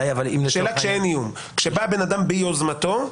אם לצורך העניין --- כשבא אדם ביוזמתו,